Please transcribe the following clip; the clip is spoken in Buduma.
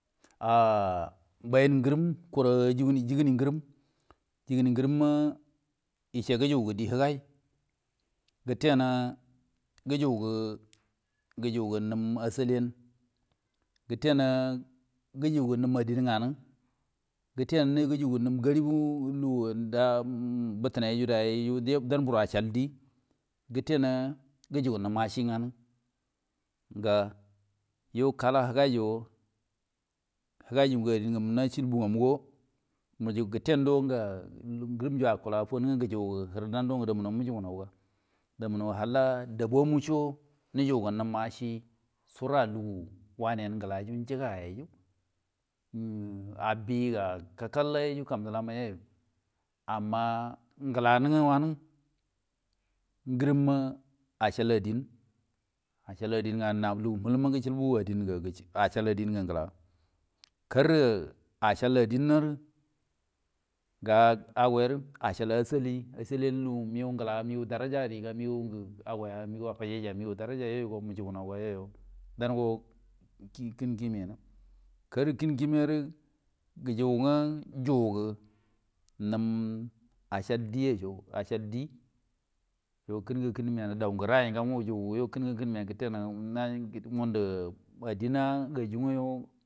Ah bayin ngrim kueo juguwi ngrim jigui ngrim ma ece jugu di higai kettani gejuge, gejuge nun asaliyen kelle ki jugun num addin nga dan kelli gujuga num garibun lu bitinai ayu dairi acal diy, kettene guyige ri num ashi gen nga yo kala higai yo hagai yo kala adin ni cul buyo mujugu kette ngam ro, ngrim ge wukula fonge jugudan ro damu no mu jugu nou ga – damuno halla dabua con ngo guyugu num ashi furrai lugu wanai yen ngelai yo, njigai yo lugu abbiga kal kal yu kamjilama yu amma ngelan wani ngrimma acal adin, acal adin ngadan na muhilun ma acal adimma ngela, karri acal addimmari. ga aworri acal asaliyen asalin yu mego ngela mego daraja yen yo yu nge ga mego darajan mego abjai yo dan ngo die kin endimion mani gujigu ju geri num acal dioco kin kakkun kiuco kelle ngo.